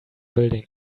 building